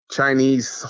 Chinese